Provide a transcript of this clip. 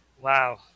wow